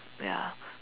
ya